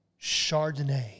Chardonnay